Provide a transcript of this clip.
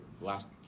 last